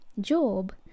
job